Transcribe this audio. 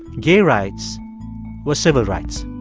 gay rights were civil rights